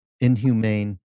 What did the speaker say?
inhumane